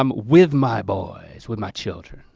um with my boys, with my children.